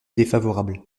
défavorable